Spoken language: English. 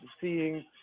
seeing